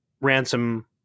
ransom